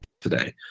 today